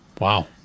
Wow